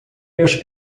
meus